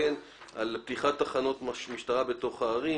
על פתיחת תחנות משטרה בתוך הערים,